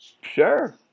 Sure